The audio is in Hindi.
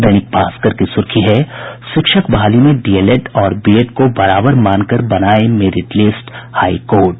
दैनिक भास्कर की सुर्खी है शिक्षक बहाली में डीएलएड और बीएड को बराबर मानकर बनाये मेरिट लिस्ट हाई कोर्ट